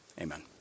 Amen